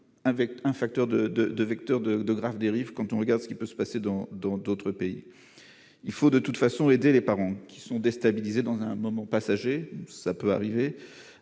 un facteur de de de vecteurs de de graves dérives, quand on regarde ce qui peut se passer dans dans d'autres pays, il faut de toute façon, aider les parents qui sont déstabilisés dans un moment passager, ça peut arriver